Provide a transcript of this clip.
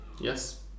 Yes